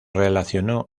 relacionó